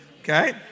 Okay